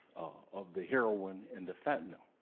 of the heroin and the fentanyl.